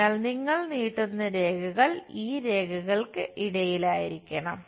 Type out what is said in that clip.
അതിനാൽ നിങ്ങൾ നീട്ടുന്ന രേഖകൾ ഈ രേഖകൾക്കിടയിലായിരിക്കണം